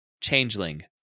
Changeling